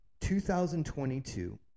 2022